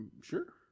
Sure